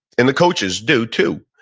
and the coaches do too.